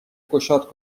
گشاد